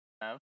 no